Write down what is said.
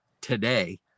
today